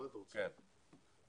כן,